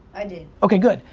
i did. okay good,